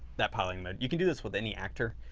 that piloting mode, you can do this with any actor